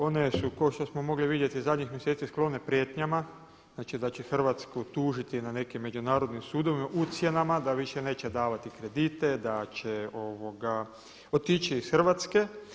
One su kao što smo mogli vidjeti zadnjih mjeseci sklone prijetnjama, znači da će Hrvatsku tužiti na nekim međunarodnim sudovima, ucjenama, da više neće davati kredite, da će otići iz Hrvatske.